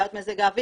בעיות מזג אוויר,